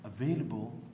available